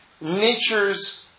nature's